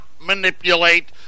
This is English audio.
manipulate